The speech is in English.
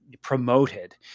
promoted